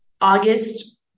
August